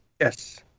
Yes